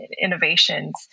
innovations